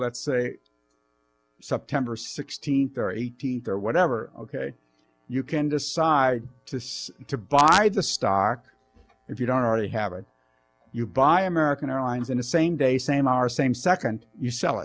let's say september sixteenth or eighteenth or whatever ok you can decide to to buy the stock if you don't already have it you buy american airlines in a same day same hour same second you sell